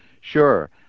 sure